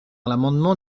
l’amendement